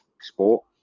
sport